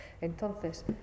Entonces